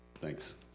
Thanks